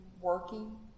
working